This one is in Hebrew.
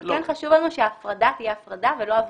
אבל כן חשוב לנו שההפרדה תהיה הפרדה, ולא הבחנה.